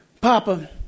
Papa